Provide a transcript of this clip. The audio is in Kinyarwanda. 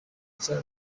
nshya